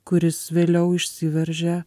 kuris vėliau išsiveržė